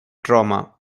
trauma